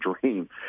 dream